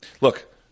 look